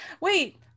wait